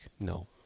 No